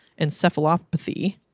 encephalopathy